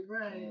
right